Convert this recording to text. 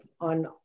on